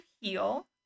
heal